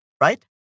Right